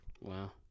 Wow